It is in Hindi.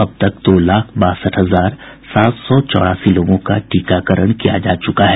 अब तक दो लाख बासठ हजार सात सौ चौरासी लोगों का टीकाकरण किया जा चुका है